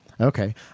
Okay